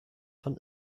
von